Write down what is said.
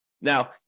Now